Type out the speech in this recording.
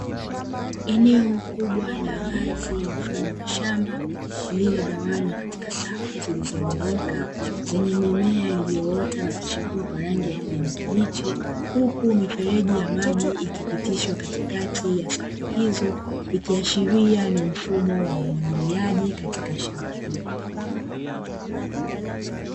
Eneo kubwa la wazi mfano wa shamba, lililogawanywa katika safu zilizonyooka zenye mimea, iliyoota na kuchipua kwa rangi ya kijani kibichi, huku mifereji ya maji ikipitishwa katikati ya safu hizo ikiashiria ni mfumo wa umwagiliaji katika shamba hilo.